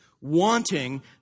wanting